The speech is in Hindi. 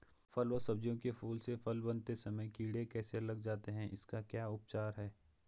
फ़ल व सब्जियों के फूल से फल बनते समय कीड़े कैसे लग जाते हैं इसका क्या उपचार है?